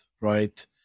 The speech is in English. right